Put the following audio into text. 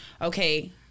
okay